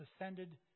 ascended